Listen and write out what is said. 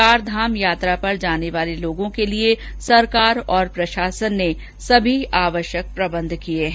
चारधाम यात्रा पर आने वाले लोगों के लिए सरकार और प्रशासन ने सभी आवश्यक प्रबन्ध किए हैं